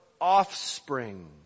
offspring